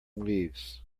leaves